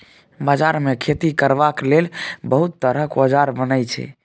बजार मे खेती करबाक लेल बहुत तरहक औजार बनई छै